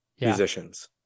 musicians